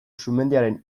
sumendiaren